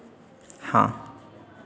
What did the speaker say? हाँ